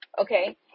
Okay